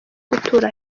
gutura